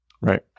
Right